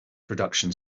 production